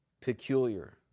peculiar